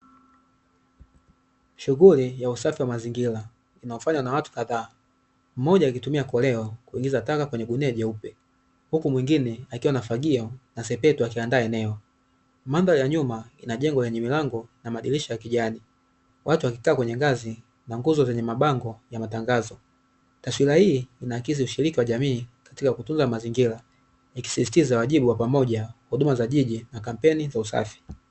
Shughuli ya usafi wa mazingira inayofanywa na watu kadhaa, mmoja akitumia koleo kuingiza taka kwenye gunia juepe,.huku mwingine akiwa na fagio na sepetu akiandaa eneo. Mandhari ya nyuma ina jengo yenye milango na madirisha ya kijani, watu wakikaa kwenye ngazi na nguzo zenye mabango ya matangazo. Taswira hii inakisi ushirika wa jamii katika kutunza mazingira, ikisisitiza wajibu wa pamoja, huduma za jiji na kampeni za usafi.